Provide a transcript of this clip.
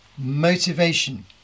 motivation